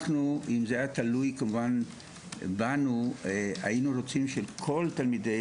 אם זה היה תלוי בנו היינו רוצים שכל תלמידי